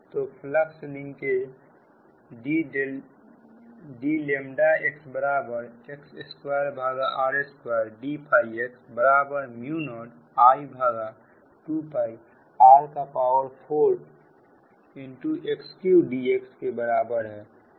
तो flux linkage dxx2r2dx0I2r4x3dx के बराबर है